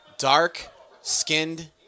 Dark-skinned